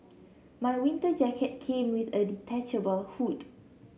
my winter jacket came with a detachable hood